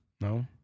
No